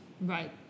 Right